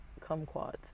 kumquats